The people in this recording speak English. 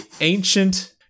ancient